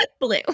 blue